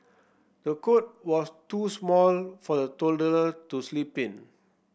the cot was too small for the toddler to sleep in